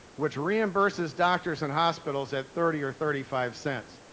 which reimburses doctors and hospitals at thirty or thirty five cents.